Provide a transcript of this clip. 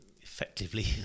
effectively